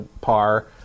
par